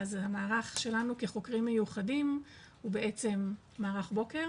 אז המערך שלנו כחוקרים מיוחדים הוא בעצם מערך בוקר